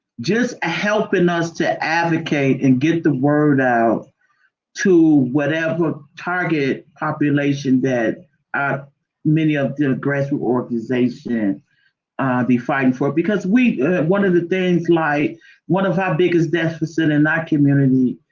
just ah helping us to advocate and get the word out to whatever target population that many ah of the grassroot organizations be fighting for because we one of the things like one of our biggest deficits in that community,